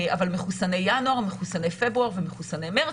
אבל מחוסני ינואר, מחוסני פברואר ומחוסני מרץ.